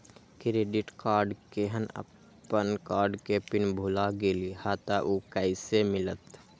Credit card केहन अपन card के पिन भुला गेलि ह त उ कईसे मिलत?